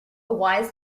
wise